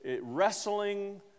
wrestling